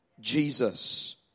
Jesus